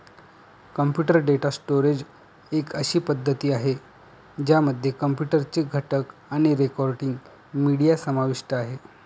computer data storage एक अशी पद्धती आहे, ज्यामध्ये कॉम्प्युटर चे घटक आणि रेकॉर्डिंग, मीडिया समाविष्ट आहे